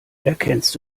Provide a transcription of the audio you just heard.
erkennst